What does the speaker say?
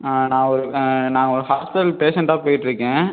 நான் ஒரு நான் ஹாஸ்பிட்டல் பேஷண்ட்டாக போய்கிட்ருக்கேன்